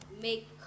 make